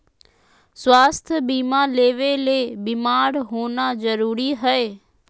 स्वास्थ्य बीमा लेबे ले बीमार होना जरूरी हय?